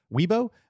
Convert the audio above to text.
Weibo